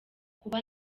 kuba